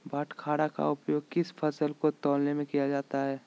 बाटखरा का उपयोग किस फसल को तौलने में किया जाता है?